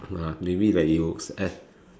ah maybe like you